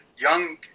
young